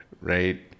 right